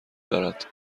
دارد